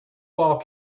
wall